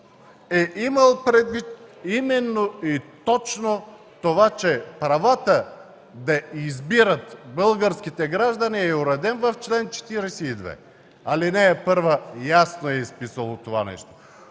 е имал предвид именно и точно това – че правата да избират българските граждани е уреден в чл. 42, ал. 1. Там ясно е изписано това нещо.